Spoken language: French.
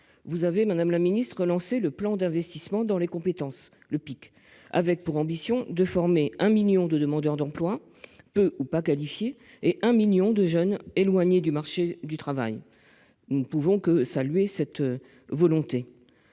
gouvernement, vous avez lancé le Plan d'investissement dans les compétences, le PIC, avec pour ambition de former 1 million de demandeurs d'emploi peu ou pas qualifiés et 1 million de jeunes éloignés du marché du travail. Nous ne pouvons que saluer cette volonté.